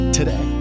today